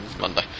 Monday